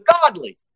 godly